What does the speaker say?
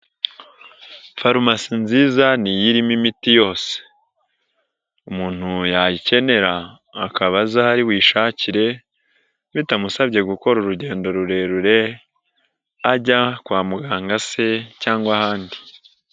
AFarumasi nziza ni iyirimo imiti yose. Umuntu yayikenera, akaba aza aho aribuyishakire, bitamusabye gukora urugendo rurerure, ajya kwa muganga se cyangwa ahandi.